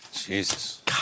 Jesus